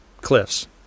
cliffs